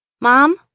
Mom